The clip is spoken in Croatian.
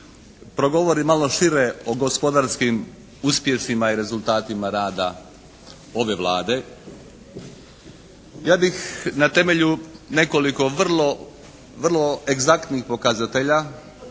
progovori malo šire o gospodarskim uspjesima i rezultatima rada ove Vlade. Ja bih na temelju nekoliko vrlo, vrlo egzaktnih pokazatelja